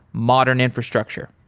modern infrastructure.